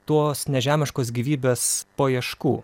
tos nežemiškos gyvybės paieškų